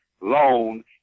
loan